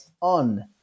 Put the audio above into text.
on